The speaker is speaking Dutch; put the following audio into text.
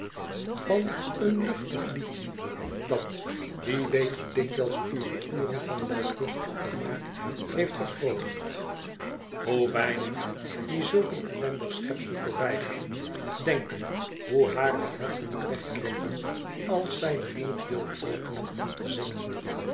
van een luchtig liedje dat wie weet hoe dikwijls uwe uren van luidruchtig vermaak heeft vervroolijkt hoe weinigen die zulk een ellendig schepsel voorbijgaan denken hoe haar het hart moet wegkrimpen als zij den mond wil openen om te zingen